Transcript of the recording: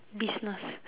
business